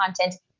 content